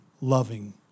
loving